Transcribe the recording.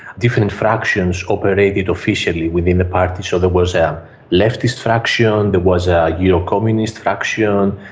different fractions operated officially within the party so there was a leftist faction, there was a eurocommunist fraction,